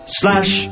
slash